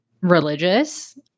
religious